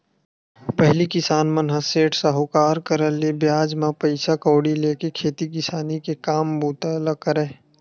पहिली किसान मन ह सेठ, साहूकार करा ले बियाज म पइसा कउड़ी लेके खेती किसानी के काम बूता ल करय